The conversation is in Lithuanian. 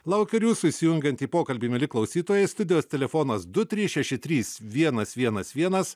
laukiu ir jūsų įsijungiant į pokalbį mieli klausytojai studijos telefonas du trys šeši trys vienas vienas vienas